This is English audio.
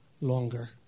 longer